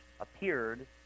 appeared